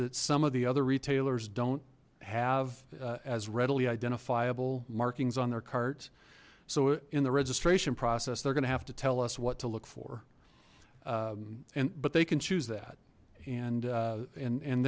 that some of the other retailers don't have as readily identifiable markings on their carts so in the registration process they're gonna have to tell us what to look for and but they can choose that and and and